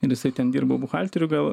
ir jisai ten dirbo buhalteriu gal